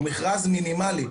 הוא מכרז מינימלי.